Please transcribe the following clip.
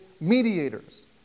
mediators